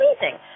amazing